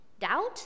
Doubt